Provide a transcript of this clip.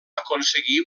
aconseguir